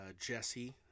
Jesse